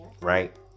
right